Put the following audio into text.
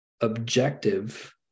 objective